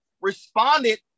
responded